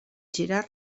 girar